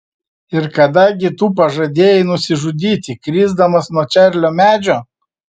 ir kada gi tu pažadėjai nusižudyti krisdamas nuo čarlio medžio